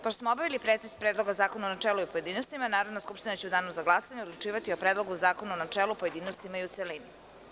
Pošto smo obavili pretres Predloga zakona u načelu i pojedinostima Narodna skupština će u danu za glasanje odlučivati o predlogu zakona u načelu, pojedinostima i u celini.